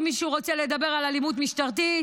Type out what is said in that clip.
אם מישהו רוצה לדבר על אלימות משטרתית,